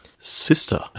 Sister